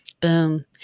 Boom